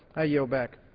i yield back.